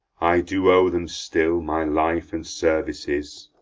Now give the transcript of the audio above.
i do owe them still my life and services.